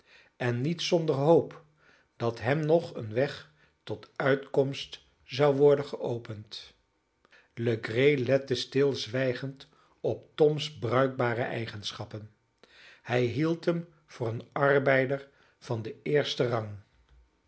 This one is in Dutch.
en niet zonder hoop dat hem nog een weg tot uitkomst zou worden geopend legree lette stilzwijgend op toms bruikbare eigenschappen hij hield hem voor een arbeider van den eersten rang